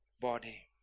body